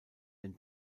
den